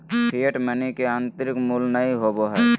fiat money के आंतरिक मूल्य नय होबो हइ